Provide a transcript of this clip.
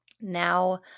Now